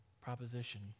proposition